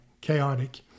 chaotic